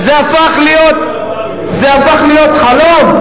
פעם היו, זה הפך להיות חלום.